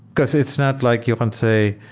because it's not like you can say,